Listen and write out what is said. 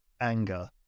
anger